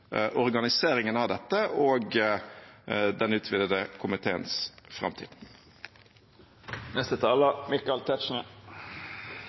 organiseringen av dette og den utvidede utenriks- og forsvarskomiteens framtid.